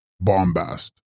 bombast